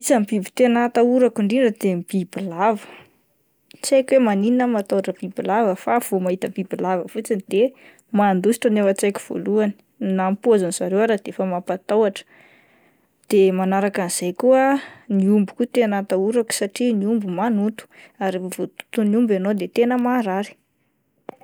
Isan'ny biby tena atahorako indrindra de ny bibilava tsy haiko hoe manino aho no matahotra bibilava fa vao mahita biby lava fotsiny de mandositra no ao an-tsaiko voalohany na ny pozin'ny zareo ary de efa mampatahotra, de manaraka an'izay koa ny omby koa tena atahorako satria ny omby manonto ary raha voatoton'ny omby ianao dia tena maharary.